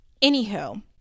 Anywho